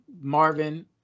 Marvin